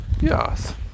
Yes